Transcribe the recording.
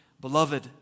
Beloved